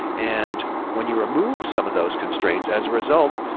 and when you remove some of those constraints, as a result,